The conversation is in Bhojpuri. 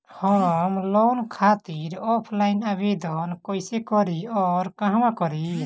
हम लोन खातिर ऑफलाइन आवेदन कइसे करि अउर कहवा करी?